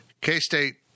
K-State